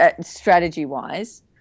strategy-wise